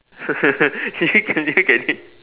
you can you get it